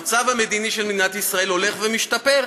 המצב המדיני של מדינת ישראל הולך ומשתפר.